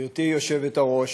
גברתי היושבת-ראש,